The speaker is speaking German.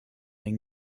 den